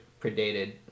predated